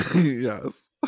Yes